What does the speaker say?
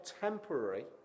temporary